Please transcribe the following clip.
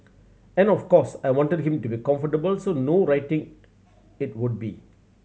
and of course I wanted him to be comfortable so no writing it would be